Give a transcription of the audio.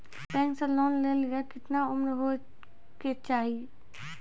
Bank से loan लेली केतना उम्र होय केचाही?